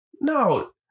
no